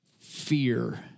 fear